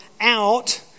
out